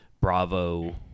Bravo